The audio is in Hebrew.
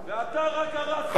חבר הכנסת בן-ארי.